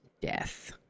death